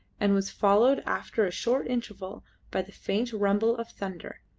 and was followed after a short interval by the faint rumble of thunder,